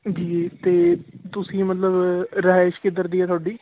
ਜੀ ਤੇ ਤੁਸੀਂ ਮਤਲਬ ਰਿਹਾਇਸ਼ ਕਿੱਧਰ ਦੀ ਆ ਤੁਹਾਡੀ